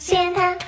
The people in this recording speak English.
Santa